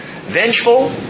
vengeful